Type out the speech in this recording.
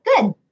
good